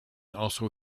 also